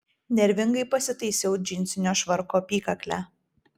nervingai pasitaisiau džinsinio švarko apykaklę